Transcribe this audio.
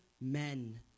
men